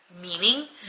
meaning